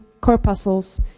corpuscles